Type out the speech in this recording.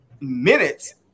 minutes